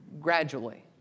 gradually